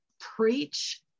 preach